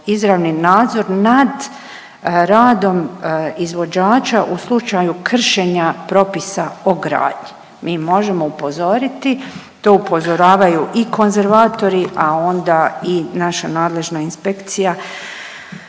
izravni nadzor nad radom izvođača u slučaju kršenja propisa o gradnji. Mi možemo upozoriti, to upozoravaju i konzervatori, a onda i naša nadležna inspekcija